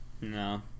No